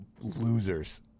losers